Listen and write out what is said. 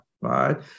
right